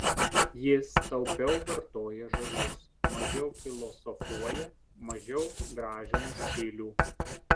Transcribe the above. jis taupiau vartoja žodžius mažiau filosofuoja mažiau gražina stilių